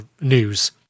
news